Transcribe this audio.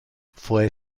fue